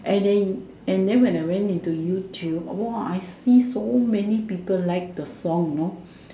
and then and then when I went into YouTube [wah] I see so many people like the song you know